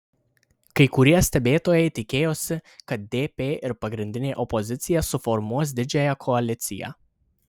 kai kurie stebėtojai tikėjosi kad dp ir pagrindinė opozicija suformuos didžiąją koaliciją